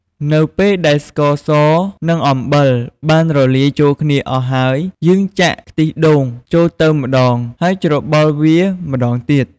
នៅពេលដែលស្ករស និងអំបិលបានរលាយចូលគ្នាអស់ហើយ យើងចាក់ខ្ទិះដូងចូលទៅម្ដងហើយច្របល់វាម្ដងទៀត។